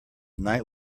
night